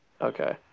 Okay